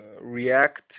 React